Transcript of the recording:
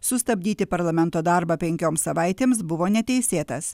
sustabdyti parlamento darbą penkioms savaitėms buvo neteisėtas